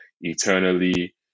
eternally